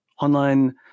online